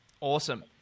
Awesome